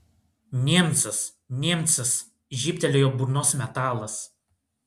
niemcas niemcas žybtelėjo burnos metalas